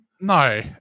No